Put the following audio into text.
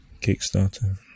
Kickstarter